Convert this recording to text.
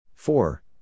Four